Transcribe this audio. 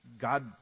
God